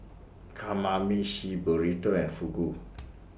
Kamameshi Burrito and Fugu